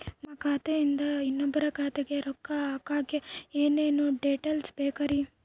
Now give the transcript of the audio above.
ನಮ್ಮ ಖಾತೆಯಿಂದ ಇನ್ನೊಬ್ಬರ ಖಾತೆಗೆ ರೊಕ್ಕ ಹಾಕಕ್ಕೆ ಏನೇನು ಡೇಟೇಲ್ಸ್ ಬೇಕರಿ?